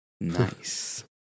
Nice